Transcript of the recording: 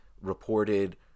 reported